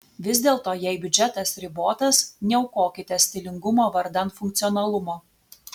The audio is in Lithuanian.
vis dėlto jei biudžetas ribotas neaukokite stilingumo vardan funkcionalumo